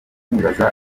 nibaza